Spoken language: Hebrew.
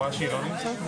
אמר שעד 2018